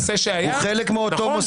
הוא חלק מאותו מוסד.